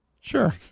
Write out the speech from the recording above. Sure